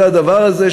זה הדבר הזה,